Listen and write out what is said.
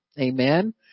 Amen